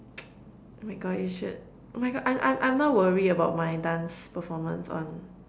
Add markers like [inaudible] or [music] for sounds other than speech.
[noise] oh my God you should oh my God I'm I'm I'm now worried about my dance performance on